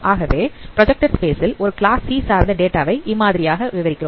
ஆகவே project space ல் ஒரு கிளாஸ் C சார்ந்த டேட்டாவை இம்மாதிரியாக விவரிக்கிறோம்